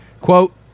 Quote